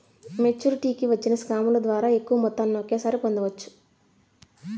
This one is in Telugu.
మెచ్చురిటీకి వచ్చిన స్కాముల ద్వారా ఎక్కువ మొత్తాన్ని ఒకేసారి పొందవచ్చు